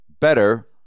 better